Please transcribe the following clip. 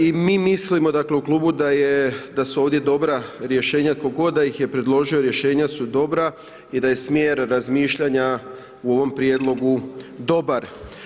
I mi mislimo, dakle, u klubu da je, da su ovdje dobra rješenja tko god da ih je predložio, rješenja su dobra i da je smjer razmišljanja u ovom prijedlogu dobar.